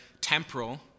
temporal